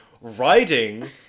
riding